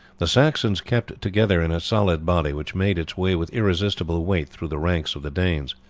the saxons kept together in a solid body which made its way with irresistible weight through the ranks of the danes.